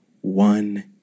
one